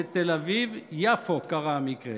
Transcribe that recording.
בתל אביב-יפו קרה המקרה.